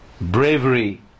bravery